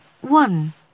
one